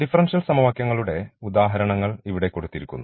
differential സമവാക്യങ്ങളുടെ ഉദാഹരണങ്ങൾ ഇവിടെ കൊടുത്തിരിക്കുന്നു